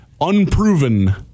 unproven